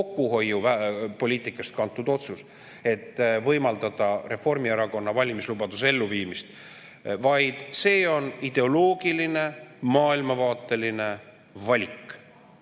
kokkuhoiupoliitikast kantud otsus, et võimaldada Reformierakonna valimislubaduse elluviimist, vaid see on ideoloogiline, maailmavaateline valik.